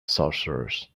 sorcerers